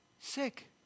sick